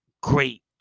great